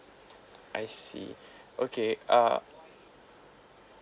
I see okay uh